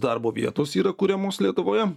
darbo vietos yra kuriamos lietuvoje